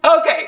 Okay